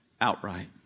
outright